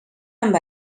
amb